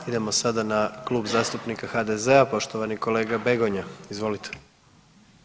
Idemo sada na Kluba zastupnika HDZ-a, poštovani kolega Begonja, izvolite.